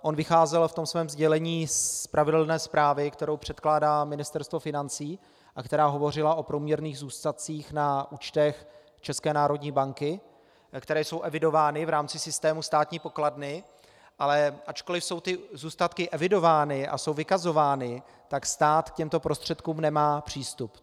On vycházel ve svém sdělení z pravidelné zprávy, kterou předkládá Ministerstvo financí a která hovořila o průměrných zůstatcích na účtech ČNB, které jsou evidovány v rámci systému státní pokladny, ale ačkoli jsou zůstatky evidovány a jsou vykazovány, tak stát k těmto prostředkům nemá přístup.